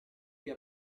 più